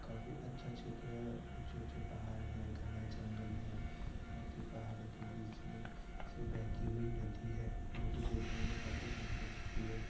काफ़ी अच्छा क्षेत्र है ऊँचे ऊँचे पहाड़ है घना जंगल है साथ ही पहाड़ों के बीच में से बहती हुई नदी है जो कि देखने में काफ़ी सुन्दर दिखती है